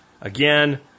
Again